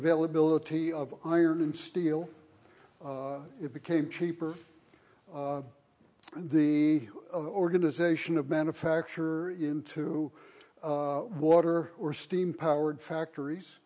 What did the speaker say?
availability of iron and steel it became cheaper and the organization of manufacture into water or steam powered factories